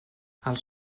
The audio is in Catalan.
els